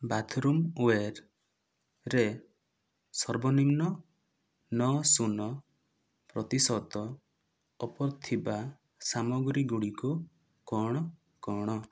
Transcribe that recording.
bathroom ୱେର୍ରେ ସର୍ବନିମ୍ନ ନଅ ଶୂନ ପ୍ରତିଶତ ଅଫର୍ ଥିବା ସାମଗ୍ରୀଗୁଡ଼ିକ କ'ଣ କ'ଣ